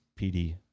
PD